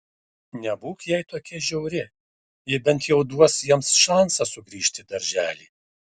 nebūk jai tokia žiauri ji bent jau duos jiems šansą sugrįžti į darželį